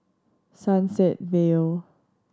Sunset Vale